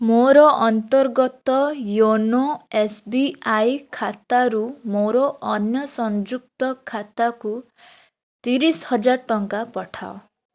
ମୋର ଅନ୍ତର୍ଗତ YONO S B I ଖାତାରୁ ମୋର ଅନ୍ୟ ସଂଯୁକ୍ତ ଖାତାକୁ ତିରିଶି ହଜାର ଟଙ୍କା ପଠାଅ